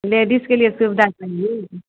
लेडिसके लिये सुविधा चाही